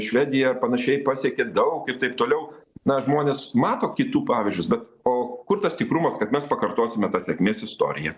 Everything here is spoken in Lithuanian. švedija panašiai pasiekė daug ir taip toliau na žmonės mato kitų pavyzdžius bet o kur tas tikrumas kad mes pakartosime tą sėkmės istoriją